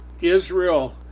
Israel